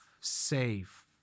safe